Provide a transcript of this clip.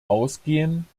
ausgehen